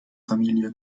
familie